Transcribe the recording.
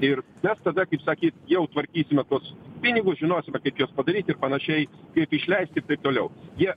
ir mes tada kaip sakyt jau tvarkysime tuos pinigus žinosime kaip juos padaryti ir panašiai kaip išleisti ir taip toliau jie